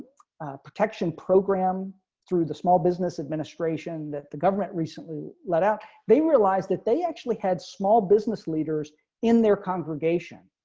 protection program through the small business administration that the government recently let out they realized that they actually had small business leaders in their congregation